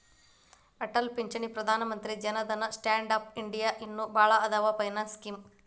ಅಟಲ್ ಪಿಂಚಣಿ Pradhan Mantri Jan Dhan stand up India ಇನ್ನು ಭಾಳ್ ಅದಾವ್ ಫೈನಾನ್ಸ್ ಸ್ಕೇಮ್